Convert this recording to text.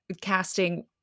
casting